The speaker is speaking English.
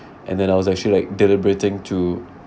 and then I was actually like deliberating to